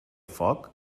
foc